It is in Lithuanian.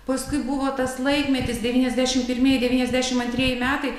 paskui buvo tas laikmetis devyniasdešim pirmieji devyniasdešim antrieji metai